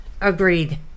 Agreed